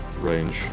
range